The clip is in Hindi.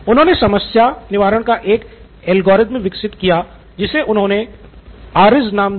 उन्होंने समस्या निवारण का एक एल्गोरिथ्म विकसित किया जिसे उन्होंने ARIZ नाम दिया